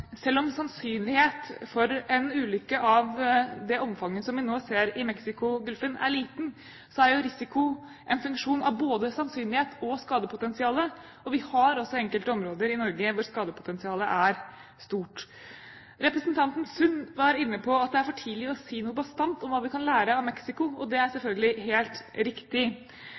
Selv om sannsynligheten for en ulykke av det omfanget som vi nå ser i Mexicogolfen, er liten, er jo risiko en funksjon av både sannsynlighet og skadepotensial, og vi har også enkelte områder i Norge hvor skadepotensialet er stort. Representanten Sund var inne på at det er for tidlig å si noe bastant om hva vi kan lære av Mexico, og det er selvfølgelig helt riktig.